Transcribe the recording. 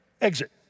exit